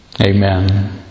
Amen